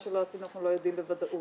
שלא עשינו אנחנו לא יודעים בוודאות.